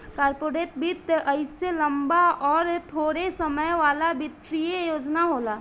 corporate वित्त अइसे लम्बा अउर थोड़े समय वाला वित्तीय योजना होला